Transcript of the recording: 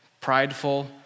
prideful